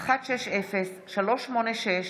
160/23, 386/23,